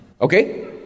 Okay